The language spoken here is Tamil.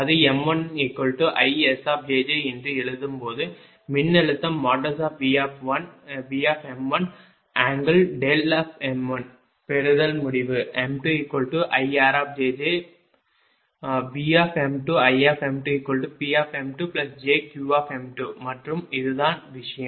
அது m1IS என்று எழுதும்போது மின்னழுத்தம் Vm1m1 பெறுதல் முடிவு m2IR Vm2Im2PjQ மற்றும் இதுதான் விஷயம்